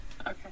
Okay